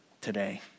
today